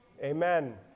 Amen